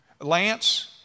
Lance